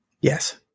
Yes